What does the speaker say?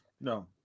no